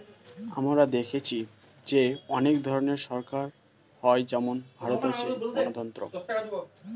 আমরা দেখেছি যে অনেক ধরনের সরকার হয় যেমন ভারতে আছে গণতন্ত্র